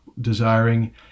desiring